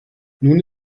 nun